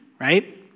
right